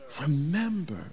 Remember